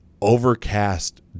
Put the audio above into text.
overcast